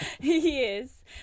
Yes